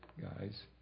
guys